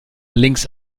links